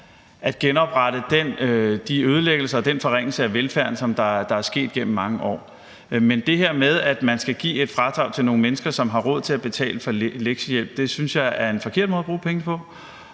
at genoprette de ødelæggelser og den forringelse af velfærden, der er sket gennem mange år. Men det her med, at man skal give et fradrag til nogle mennesker, som har råd til at betale for lektiehjælp, synes jeg er en forkert måde at bruge pengene på.